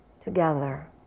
together